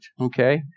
Okay